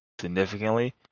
significantly